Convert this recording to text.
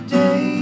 day